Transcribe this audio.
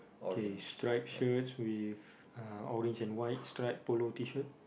K striped shirt with uh orange and white stripe polo t-shirt